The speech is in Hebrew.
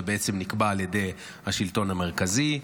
זה בעצם נקבע על ידי השלטון המרכזי,